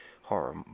Horror